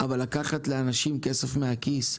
אבל לקחת לאנשים כסף מהכיס,